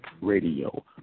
radio